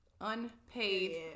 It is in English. unpaid